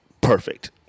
perfect